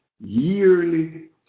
yearly